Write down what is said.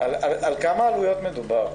מה העלויות עליהן מדובר?